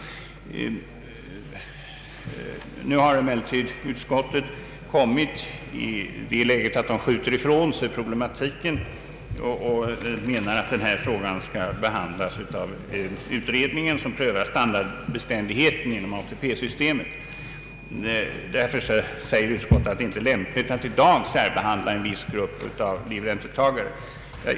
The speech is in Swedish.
Nu har emellertid utskottet kommit i det läget att det skjuter ifrån sig problemet och menar att denna fråga skall behandlas av den utredning som prövar värdebeständigheten inom ATP-systemet. Därför säger utskottet att det inte är lämpligt att i dag särbehandla en viss grupp av livräntetagare.